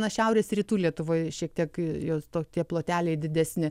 na šiaurės rytų lietuvoje šiek tiek jos tokie ploteliai didesni